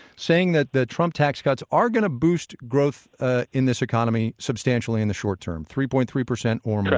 saying that the trump tax cuts are going to boost growth ah in this economy substantially in the short term three point three percent or more.